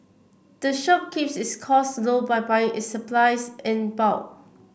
the shop keeps its costs low by buying its supplies in bulk